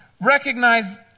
recognize